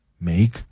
make